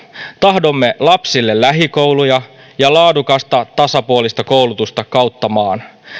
tahdomme lapsille lähikouluja ja laadukasta tasapuolista koulutusta kautta maan